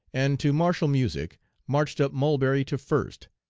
and to martial music marched up mulberry to first,